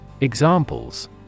Examples